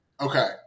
Okay